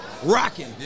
Rocking